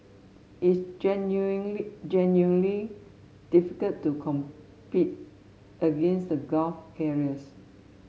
it's genuinely difficult to compete against the Gulf carriers